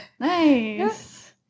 Nice